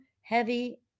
heavy